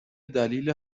دلیل